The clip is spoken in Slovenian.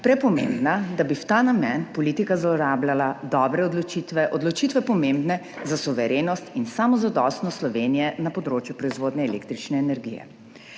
prepomembna, da bi v ta namen politika zlorabljala dobre odločitve, odločitve, pomembne za suverenost in samozadostnost Slovenije na področju proizvodnje električne energije.